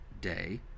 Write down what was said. day